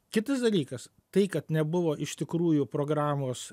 kitas dalykas tai kad nebuvo iš tikrųjų programos